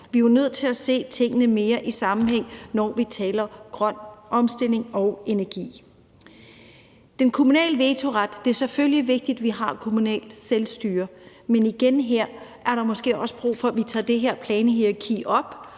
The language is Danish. Vi er jo nødt til at se tingene mere i sammenhæng, når vi taler grøn omstilling og energi. Så er der den kommunale vetoret. Det er selvfølgelig vigtigt, at vi har kommunalt selvstyre, men igen er der måske også brug for, at vi tager det her planhierarki op